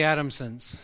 Adamsons